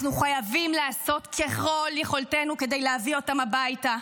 אנחנו חייבים לעשות ככל יכולתנו כדי להביא אותם הביתה,